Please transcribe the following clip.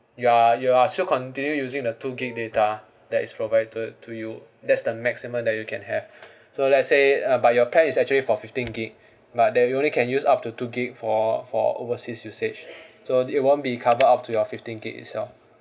you are you are still continue using the two gigabytes data that is provided to you that's the maximum that you can have so let's say uh but your plan is actually for fifteen gigabytes but that you only can use up to two gigabytes for for overseas usage so it won't be cover up to your fifteen gigabytes itself